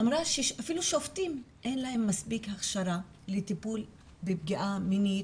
אמרה שאפילו שופטים אין להם מספיק הכשרה לטיפול בפגיעה מינית,